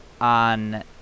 on